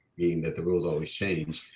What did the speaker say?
being that the rules always change.